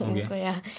okay